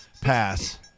Pass